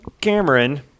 Cameron